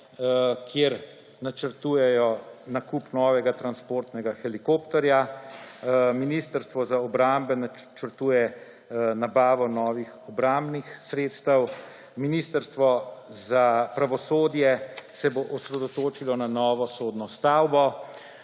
kjer načrtujejo nakup novega transportnega helikopterja. Ministrstvo za obrambe načrtuje nabavo novih obrambnih sredstev, Ministrstvo za pravosodje se bo osredotočilo na novo sodno stavbo.